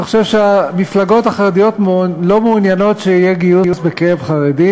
אתה חושב שהמפלגות החרדיות לא מעוניינות שיהיה גיוס בקרב חרדים,